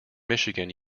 michigan